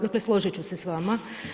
Dakle, složit ću se s vama.